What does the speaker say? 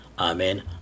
Amen